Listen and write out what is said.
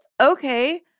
Okay